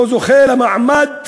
לא זוכה למעמד